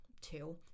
two